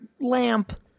lamp